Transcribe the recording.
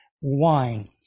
wine